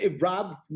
Rob